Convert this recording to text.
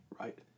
Right